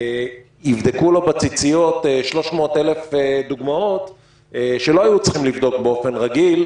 יבדקו לו בציציות 300 אלף דוגמאות שלא היו צריכים לבדוק באופן רגיל,